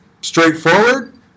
straightforward